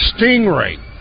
Stingray